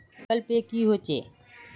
Google Pay की होचे?